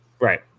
Right